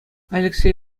алексей